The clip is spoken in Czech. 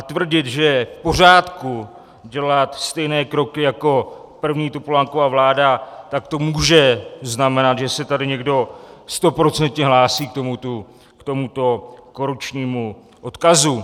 A tvrdit, že je v pořádku, dělat stejné kroky jako první Topolánkova vláda, tak to může znamenat, že se tady někdo stoprocentně hlásí k tomuto korupčnímu odkazu.